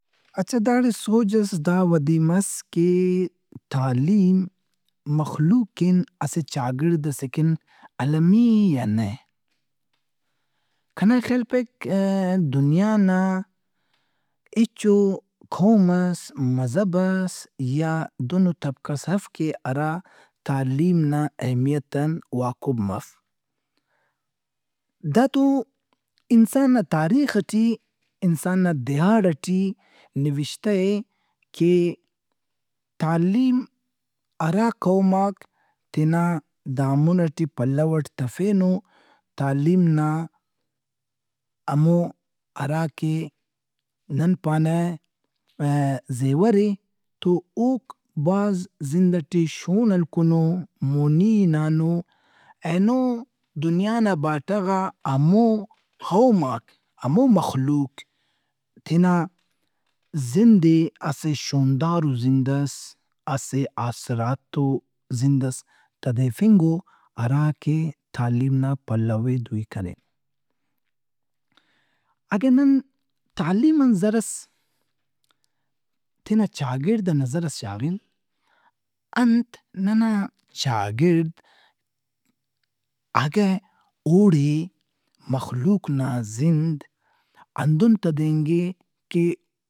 اچھا داڑے سوجس دا ودی مس کہ تعلیم مخلوق کن اسہ چاگڑد ئسے کن المی اےیا نہ؟ کنا خیال پائک دنیا نا ہچو قومس، مذہبس یا دہنو طبقہس اف کہ ہرا تعلیم نا اہمیت آن واقب مف۔ داتو انسان نا تاریخ ئٹی، انسان نا دیہاڑ ئٹی نوشتہ اے کہ تعلیم ہرا قوماک تینا دامن ئٹی، پلّو ئٹی تفینوتعلیم نا ہمو ہراکہ نن پانہ زیور اے تو اوک بھاز زند ئٹے شون ہلکنو، مونی ہِنانو۔ اینو دنیا نا باٹغ آہمو قوماک ہمو مخلوق تینا زند ئے اسہ شوندارو زندئس، اسہ آسراتو زندئس تدیفینگ او ہرا کہ تعلیم نا پلو ئے دُوئی کریر۔ اگہ نن تعلیم ان زرس، تینا چاگڑد آنظرئس شاغن۔ انت ننا چاگڑد اگہ اوڑے مخلوق نا زند ئندن تدینگہِ کہ۔